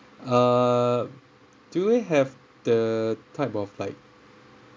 uh do you have the type of like